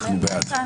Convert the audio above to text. אנחנו בעד.